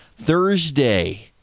Thursday